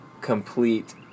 complete